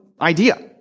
idea